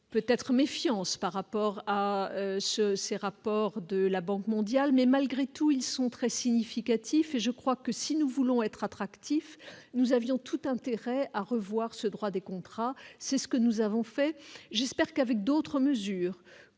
peut-être méfiance par rapport à ces rapports de la Banque mondiale, mais malgré tout, ils sont très significatif et je crois que si nous voulons être attractif, nous avions tout intérêt à revoir ce droit des contrats, c'est ce que nous avons fait, j'espère qu'avec d'autres mesures